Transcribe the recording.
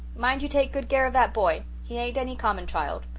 mind you take good care of that boy. he ain't any common child.